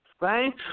right